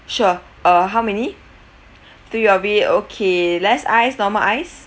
sure uh how many three of it okay less ice normal ice